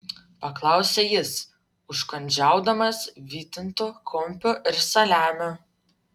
paklausė jis užkandžiaudamas vytintu kumpiu ir saliamiu